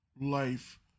life